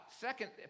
Second